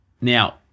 now